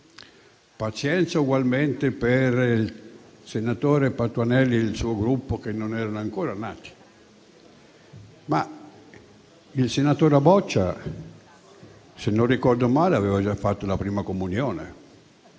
Pazienza ugualmente per il senatore Patuanelli e il suo Gruppo che non erano ancora nati: ma il senatore Boccia, se non ricordo male, aveva già fatto la prima comunione,